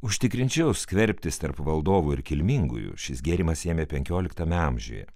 užtikrinčiau skverbtis tarp valdovų ir kilmingųjų šis gėrimas ėmė penkioliktame amžiuje